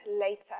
later